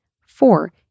Four